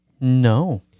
No